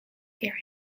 area